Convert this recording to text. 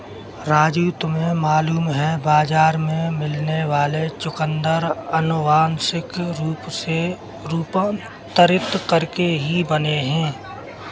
राजू तुम्हें मालूम है बाजार में मिलने वाले चुकंदर अनुवांशिक रूप से रूपांतरित करके ही बने हैं